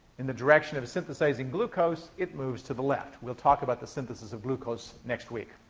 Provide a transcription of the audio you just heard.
in the direction of synthesizing glucose it moves to the left. we'll talk about the synthesis of glucose next week.